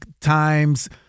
times